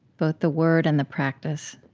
both the word and the practice.